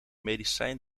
medicijn